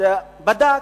בדק